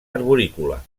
arborícola